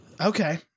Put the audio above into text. Okay